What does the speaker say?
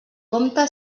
compte